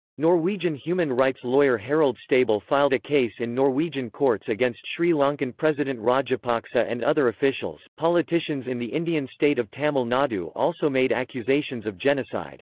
norwegian human rights lawyer harald stabell filed a case in norwegian courts against sri lankan president rajapaksa and other officials politicians in the indian state tamil nadu also made accusations of genocide.